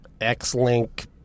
X-Link